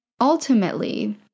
ultimately